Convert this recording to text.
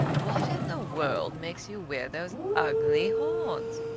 what in the world makes you wear those ugly horns?